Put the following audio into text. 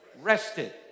rested